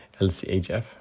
lchf